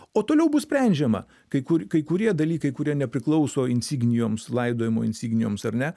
o toliau bus sprendžiama kai kur kai kurie dalykai kurie nepriklauso insignijoms laidojimo insignijoms ar ne